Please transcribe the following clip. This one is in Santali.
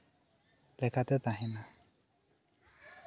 ᱞᱮᱠᱟᱛᱮ ᱛᱟᱦᱮᱸᱱᱟ